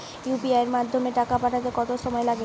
UPI এর মাধ্যমে টাকা পাঠাতে কত সময় লাগে?